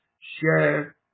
Share